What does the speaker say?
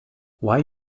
why